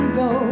go